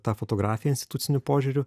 tą fotografiją instituciniu požiūriu